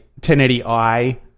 1080i